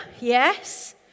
yes